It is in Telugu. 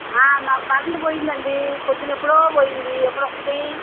మాకు కరెంటు పొయిందండి ప్రొద్దునెప్పుడో పోయింది ఎప్పుడొస్తుంది